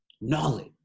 knowledge